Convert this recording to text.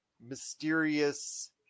mysterious